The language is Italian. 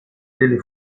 delle